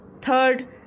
Third